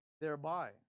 thereby